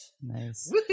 Nice